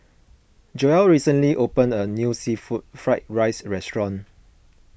Joelle recently opened a new Seafood Fried Rice restaurant